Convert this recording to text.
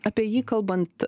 apie jį kalbant